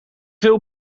veel